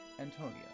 Antonia